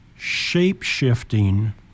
shape-shifting